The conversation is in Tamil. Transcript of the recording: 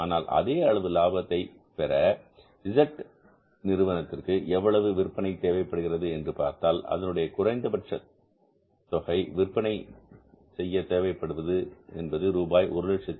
ஆனால் அதே அளவு ஆபத்தை பெற Z நிறுவனத்திற்கு எவ்வளவு விற்பனை தேவைப்படுகிறது என்று பார்த்தால் அதனுடைய குறைந்தபட்ச தொகை விற்பனை தேவைப் படுவது என்பது ரூபாய் 120000